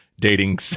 dating